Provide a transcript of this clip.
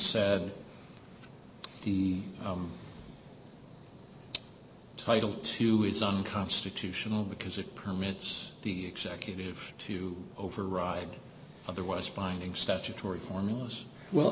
said he title two is some constitutional because it permits the executive to override otherwise binding statutory formulas well